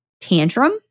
tantrum